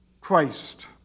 Christ